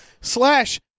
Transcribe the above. slash